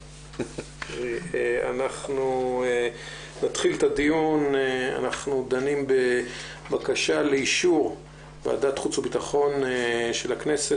אנחנו נתחיל את הדיון בבקשה לאישור ועדת החוץ והביטחון של הכנסת